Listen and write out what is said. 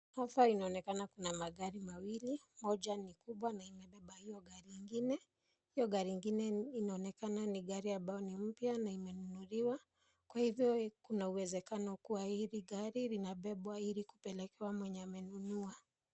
Hapa inaonekana kuna magari mawili, moja ni kubwa na imebeba hiyo gari ingine ,hiyo gari ingine inaonekana ni gari ambayo ni mpya na imenunuliwa kwa hivo kuna uwezekano kuwa hili gari linabebwa ili kupelekewa mwenye amenunua.